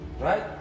right